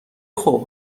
خوب